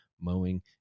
mowing